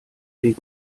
weg